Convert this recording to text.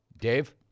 Dave